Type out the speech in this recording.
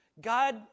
God